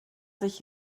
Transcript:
sich